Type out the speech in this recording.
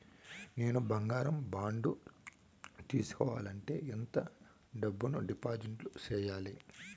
నేను బంగారం బాండు తీసుకోవాలంటే ఎంత డబ్బును డిపాజిట్లు సేయాలి?